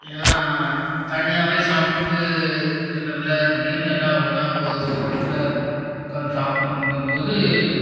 ஏன்னால் தனியாகவே சாப்பிட்டு இருக்கிறதுல திடீரெனு எல்லா ஒன்றா ஓ ஒரு இடத்துல உட்காந்து சாப்பிடுங்கும்போது